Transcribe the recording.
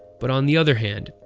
but on the other hand,